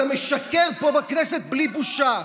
אתה משקר פה בכנסת בלי בושה.